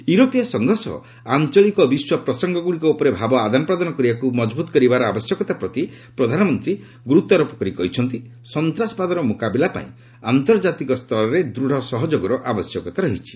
ୟୁରୋପୀୟ ସଂଘ ସହ ଆଞ୍ଚଳିକ ବିଶ୍ୱ ପ୍ରସଙ୍ଗଗୁଡ଼ିକ ଉପରେ ଭାବ ଆଦାନପ୍ରଦାନ କରିବାକୁ ମଜବୁତ କରିବାର ଆବଶ୍ୟକତା ପ୍ରତି ପ୍ରଧାନମନ୍ତ୍ରୀ ଗୁରୁତ୍ୱାରୋପ କରି କହିଛନ୍ତି ସନ୍ତାସବାଦର ମୁକାବିଲା ପାଇଁ ଆନ୍ତର୍କାତିକ ସ୍ତରରେ ଦୃଢ଼ ସହଯୋଗର ଆବଶ୍ୟକତା ରହିଛି